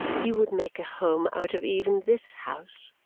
you would make a home out of even this house.